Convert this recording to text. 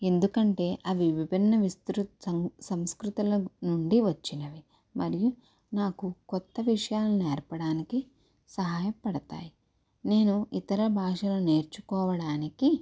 ఎందుకంటే అవి విభిన్న విస్తృత సంస్కృతల నుండి వచ్చినవి మరియు నాకు కొత్త విషయాలు నేర్పడానికి సహాయపడుతాయి నేను ఇతర భాషను నేర్చుకోవడానికి